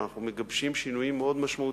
ואנחנו מגבשים שינויים מאוד משמעותיים,